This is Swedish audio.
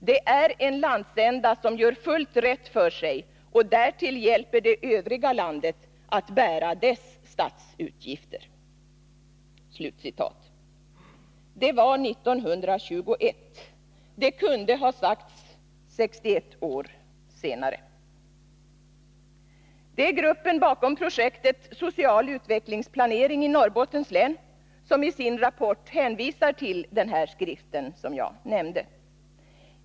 Det är en landsända som gör fullt rätt för sig och därtill hjälper det övriga landet att bära dess statsutgifter.” Det var år 1921. Men det kunde ha sagts 61 år senare. Det är gruppen bakom projektet Social utvecklingsplanering i Norrbottens län som i sin rapport hänvisar till den skrift som jag har nämnt.